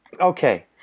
Okay